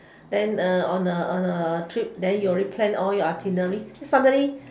then err on uh on uh trip then you already plan all your itinerary then suddenly